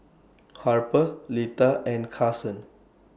Harper Lita and Kason